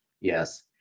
yes